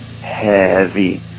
heavy